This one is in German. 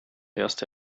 erste